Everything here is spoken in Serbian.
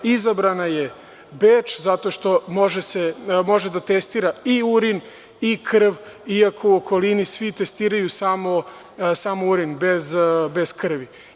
Izabran je Beč, zato što može da testira i urin i krv, iako u okolini svi testiraju samo urin, bez krvi.